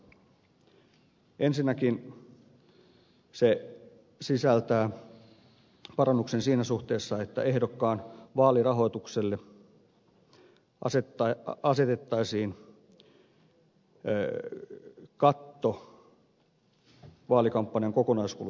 ensinnäkin se sisältää parannuksen siinä suhteessa että ehdokkaan vaalirahoitukselle asetettaisiin katto vaalikampanjan kokonaiskulujen osalta